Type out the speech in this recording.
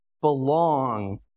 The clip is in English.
belong